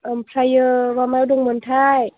ओमफ्राय मा मा दंमोनथाय